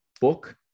book